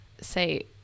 say